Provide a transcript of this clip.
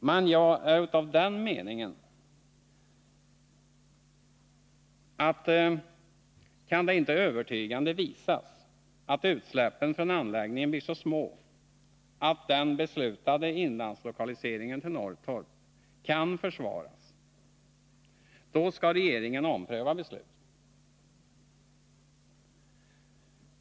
Men jag är av den meningen att om det inte övertygande kan visas att utsläppen från anläggningen blir så små att den beslutade inlandslokaliseringen till Norrtorp kan försvaras, så skall regeringen ompröva sitt beslut.